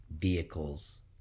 vehicles